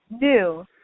new